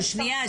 שנייה,